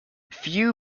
few